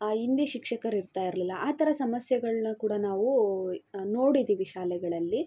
ಹಿಂದಿ ಶಿಕ್ಷಕರು ಇರ್ತಾ ಇರಲಿಲ್ಲ ಆ ಥರ ಸಮಸ್ಯೆಗಳನ್ನು ಕೂಡ ನಾವು ನೋಡಿದೀವಿ ಶಾಲೆಗಳಲ್ಲಿ